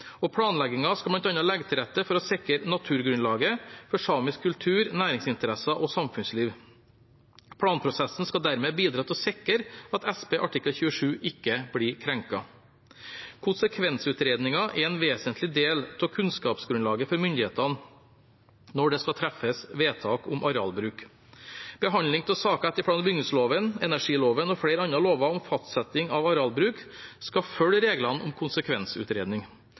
skal bl.a. legge til rette for å sikre naturgrunnlaget for samisk kultur, næringsinteresser og samfunnsliv. Planprosessen skal dermed bidra til å sikre at SP artikkel 27 ikke blir krenket. Konsekvensutredninger er en vesentlig del av kunnskapsgrunnlaget for myndighetene når det skal treffes vedtak om arealbruk. Behandling av saker etter plan- og bygningsloven, energiloven og flere andre lover om fastsetting av arealbruk skal følge reglene om konsekvensutredning.